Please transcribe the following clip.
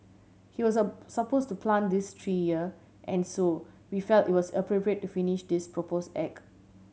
he was so suppose to plant this tree here and so we felt it was appropriate to finish this propose act